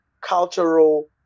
cultural